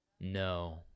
No